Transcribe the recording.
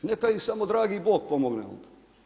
Neka im samo dragi Bog pomogne onda.